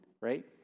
right